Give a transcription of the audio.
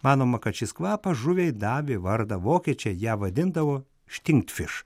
manoma kad šis kvapas žuviai davė vardą vokiečiai ją vadindavo štinktfiš